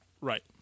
Right